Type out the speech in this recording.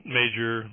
major